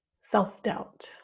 self-doubt